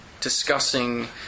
discussing